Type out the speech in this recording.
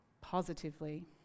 positively